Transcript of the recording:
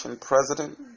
president